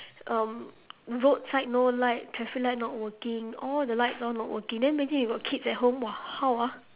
um roadside no light traffic light not working all the lights all not working then imagine you got kids at home !wah! how ah